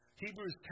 Hebrews